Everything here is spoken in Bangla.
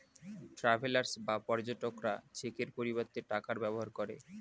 ট্রাভেলার্স বা পর্যটকরা চেকের পরিবর্তে টাকার ব্যবহার করে